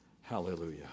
Hallelujah